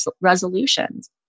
resolutions